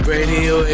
Radio